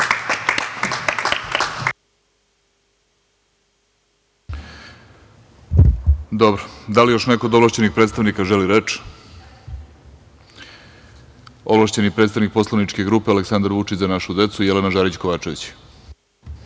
Dobro, da li još neko od ovlašćenih predstavnika želi reč? Ovlašćeni predstavnik poslaničke grupe Aleksandar Vučić – Za našu decu, Jelena Žarić Kovačević.